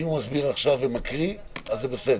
מסביר עכשיו וקורא, אז זה בסדר.